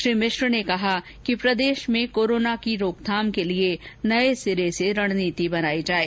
श्री मिश्र ने कहा कि प्रदेश में कोरोना की रोकथाम के लिए नये सिरे से रणनीति बनाई जाये